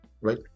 right